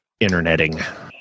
interneting